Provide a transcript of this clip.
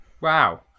wow